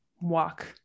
walk